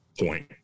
point